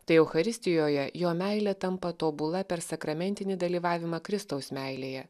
tai eucharistijoje jo meilė tampa tobula per sakramentinį dalyvavimą kristaus meilėje